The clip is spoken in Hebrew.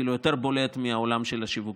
אפילו יותר בולט מהעולם של השיווקים.